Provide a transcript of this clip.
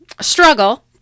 struggle